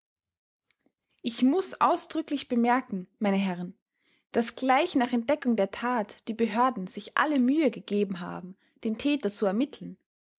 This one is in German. ich muß ausdrücklich bemerken m h daß gleich nach entdeckung der tat die behörden sich alle mühe gegeben haben den täter zu ermitteln